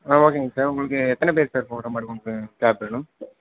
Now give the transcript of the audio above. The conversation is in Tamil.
ஆ ஓகேங்க சார் உங்களுக்கு எத்தனப் பேர் சார் போகிற மாதிரி உங்களுக்கு கேப் வேணும்